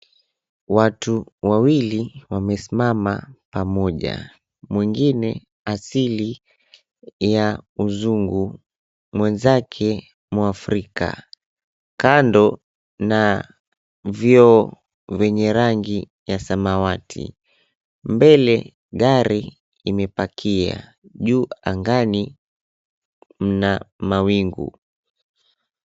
Watu wawili wamesimama pamoja, mwingine asili ya mzungu mwenzake mwafrika, kando na vioo vyenye rangi ya samawati. Mbele gari imepakia. Juu angani mna mawingu.